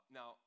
now